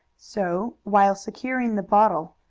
so, while securing the bottle,